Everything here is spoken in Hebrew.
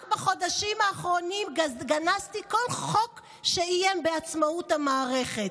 רק בחודשים האחרונים גנזתי כל חוק שאיים על עצמאות המערכת,